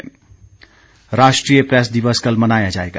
press दिवस राष्ट्रीय press दिवस कल मनाया जाएगा